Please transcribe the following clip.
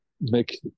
make